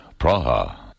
Praha